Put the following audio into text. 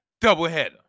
doubleheader